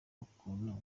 ukuntu